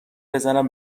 بزنم